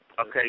Okay